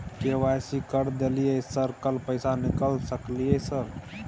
KYC कर दलियै sir कल पैसा निकाल सकलियै सर?